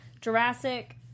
Jurassic